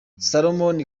salomon